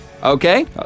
Okay